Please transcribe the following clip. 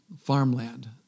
farmland